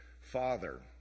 father